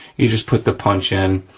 you just put the punch in,